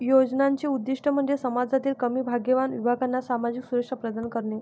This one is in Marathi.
योजनांचे उद्दीष्ट म्हणजे समाजातील कमी भाग्यवान विभागांना सामाजिक सुरक्षा प्रदान करणे